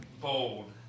Bold